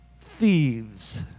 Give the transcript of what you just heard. thieves